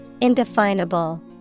Indefinable